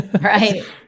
Right